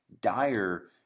dire